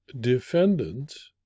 defendants